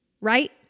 right